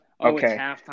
okay